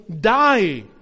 die